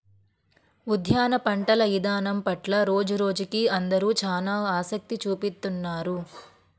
ఉద్యాన పంటల ఇదానం పట్ల రోజురోజుకీ అందరూ చానా ఆసక్తి చూపిత్తున్నారు